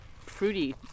fruity